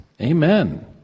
Amen